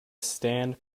stand